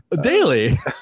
daily